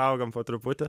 augam po truputį